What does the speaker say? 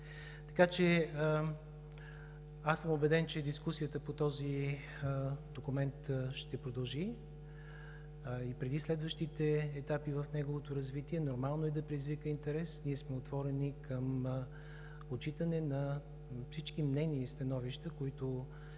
Аз съм убеден, че дискусията по този документ ще продължи и преди следващите етапи в неговото развитие нормално е да предизвика интерес. Ние сме отворени към отчитане на всички мнения и становища, които